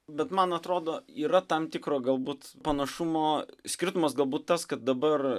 bet man atrodo yra tam tikro galbūt panašumo skirtumas galbūt tas kad dabar